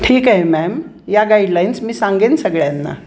ठीक आहे मॅम या गाईडलाईन्स मी सांगेन सगळ्यांना